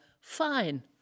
fine